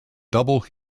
double